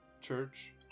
Church